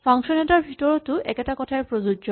function এটাৰ ভিতৰতো একেটা কথাই প্ৰযোজ্য